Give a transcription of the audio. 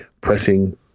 pressing